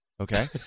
okay